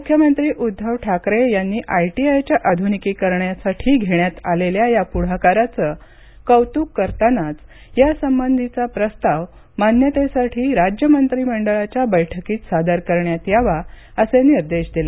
मुख्यमंत्री उद्दव ठाकरे यांनी आयटीआयच्या आध्रुनिकीकरणासाठी घेण्यात आलेल्या या पुढाकाराचे कौतूक करतानाच यासंबंधिचा प्रस्ताव मान्यतेसाठी राज्य मंत्रिमंडळाच्या बैठकीत सादर करण्यात यावा असे निर्देश दिले